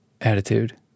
attitude